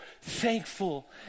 thankful